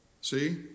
See